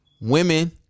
women